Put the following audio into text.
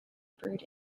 brewed